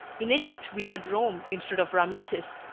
in egypt we had rome instead of rameses.